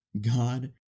God